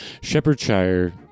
Shepherdshire